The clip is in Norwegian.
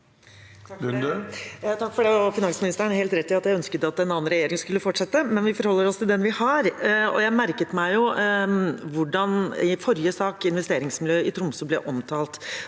Takk for det. Finansministeren har også helt rett i at jeg ønsket at en annen regjering skulle fortsette, men vi forholder oss til den vi har. Jeg merket meg hvordan investeringsmiljøet i Tromsø ble omtalt